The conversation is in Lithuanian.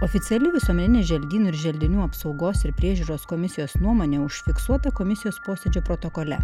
oficiali visuomeninė želdynų ir želdinių apsaugos ir priežiūros komisijos nuomonė užfiksuota komisijos posėdžio protokole